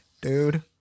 dude